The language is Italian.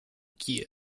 kiev